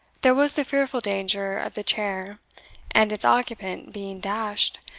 there was the fearful danger of the chair and its occupant being dashed,